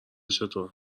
چطور